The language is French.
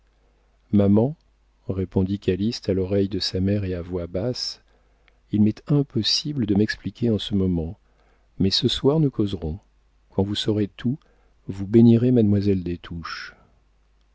maman répondit calyste à l'oreille de sa mère et à voix basse il m'est impossible de m'expliquer en ce moment mais ce soir nous causerons quand vous saurez tout vous bénirez mademoiselle des